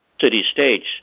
city-states